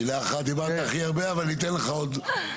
שב,